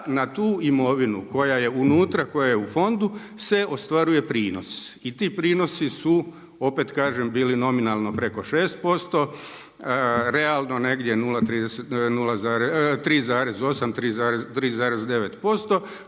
na tu imovinu, koja je unutra, koja je u fondu, se ostvaruje prinos, i ti prinosi su, opet kažem, bili nominalno preko 6%, realno negdje 3,8 3,9%